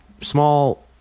small